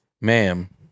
ma'am